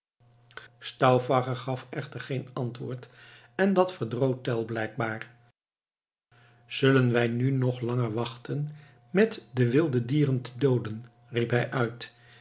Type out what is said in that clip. stauffacher gaf echter geen antwoord en dat verdroot tell blijkbaar zullen wij nu nog langer wachten met de wilde dieren te dooden riep hij uit